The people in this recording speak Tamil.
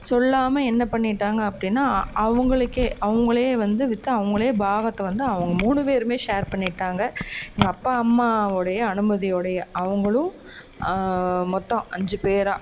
சொல்லாமல் என்ன பண்ணிட்டாங்க அப்படின்னா அவங்களுக்கே அவங்களே வந்து விற்று அவங்களே பாகத்தை வந்து அவங்க மூணு பேரும் ஷேர் பண்ணிக்கிட்டாங்க எங்கள் அப்பா அம்மா உடைய அனுமதியோடயே அவங்களும் மொத்தம் அஞ்சு பேராக